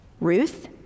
Ruth